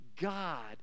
God